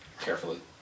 Carefully